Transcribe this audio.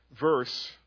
verse